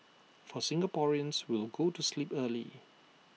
for Singaporeans we'll go to sleep early